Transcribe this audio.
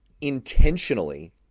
intentionally